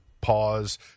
pause